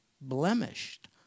blemished